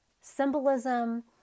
symbolism